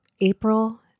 April